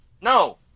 no